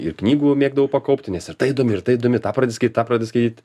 ir knygų mėgdavau pakaupti nes ir ta įdomi ir ta įdomi tą pradedi skaityt tą pradedi skaityt